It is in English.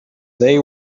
they